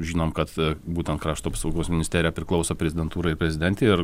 žinom kad būtent krašto apsaugos ministerija priklauso prezidentūrai ir prezidentei ir